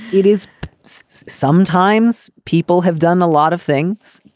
it is sometimes people have done a lot of things.